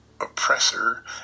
oppressor